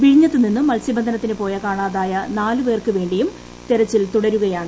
വിഴിഞ്ഞത്തു നിന്നും മത്സ്യബന്ധനത്തിന് പോയി കാണാതായ നാല് പേർക്ക് വേണ്ടിയും തിരച്ചിൽ തുടരുകയാണ്